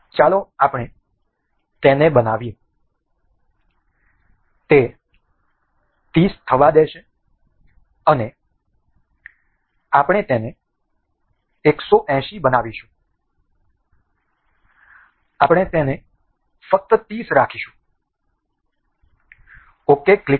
ચાલો આપણે તેને બનાવીએ તે 30 થવા દેશે અને ચાલો આપણે તેને 180 બનાવીએ આપણે તેને ફક્ત 30 રાખીશું ok ક્લિક કરો